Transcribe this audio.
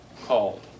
called